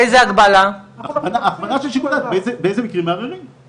אנחנו מדברים על כך שהרכבות הקלות צפויות לקרוס,